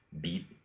beat